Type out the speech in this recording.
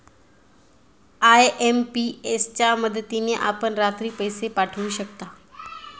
IMPS च्या मदतीने आपण रात्री पैसे पाठवू शकता